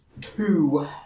Two